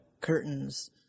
curtains